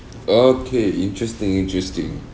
okay interesting interesting